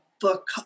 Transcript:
book